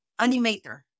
animator